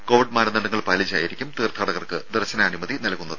Covid മാനദണ്ഡങ്ങൾ പാലിച്ചായിരിക്കും തീർത്ഥാടകർക്ക് ദർശനാനുമതി നൽകുന്നത്